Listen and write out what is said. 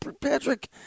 Patrick